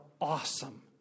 awesome